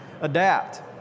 adapt